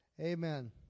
Amen